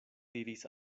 diris